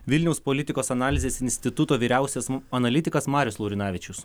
vilniaus politikos analizės instituto vyriausias analitikas marius laurinavičius